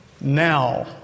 now